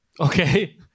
Okay